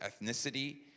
ethnicity